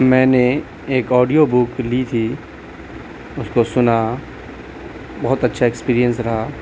میں نے ایک آڈیو بک لی تھی اس کو سنا بہت اچھا ایکسپیریئنس رہا